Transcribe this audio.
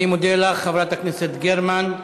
אני מודה לך, חברת הכנסת גרמן.